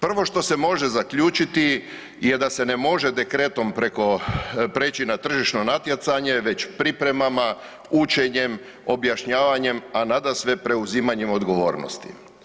Prvo što se može zaključiti je da se ne može dekretom preći na tržišno natjecanje već pripremama, učenjem, objašnjavanjem a nadasve preuzimanjem odgovornosti.